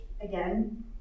again